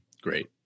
Great